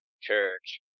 church